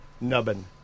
nubbin